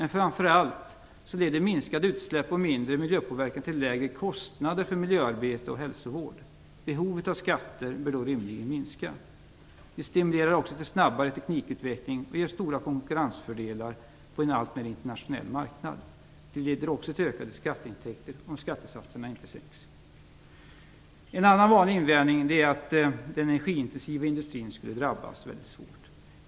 Men framför allt leder minskade utsläpp och mindre miljöpåverkan till lägre kostnader för miljöarbete och hälsovård. Behovet av skatter bör då rimligen minska. Det stimulerar också till snabbare teknikutveckling och ger stora konkurrensfördelar på en alltmer internationell marknad. Det leder också till ökade skatteintäkter, om skattesatserna inte sänks.